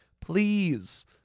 please